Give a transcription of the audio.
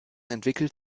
entwickelt